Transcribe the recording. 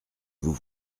vous